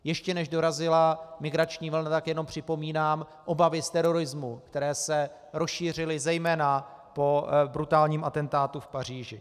Ještě než dorazila migrační vlna, tak jenom připomínám obavy z terorismu, které se rozšířily zejména po brutálním atentátu v Paříži.